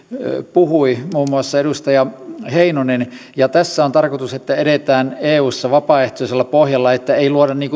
puhui muun muassa edustaja heinonen ja tässä on tarkoitus että edetään eussa vapaaehtoisella pohjalla että ei luoda